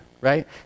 right